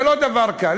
זה לא דבר קל.